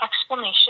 explanation